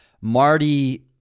Marty